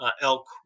elk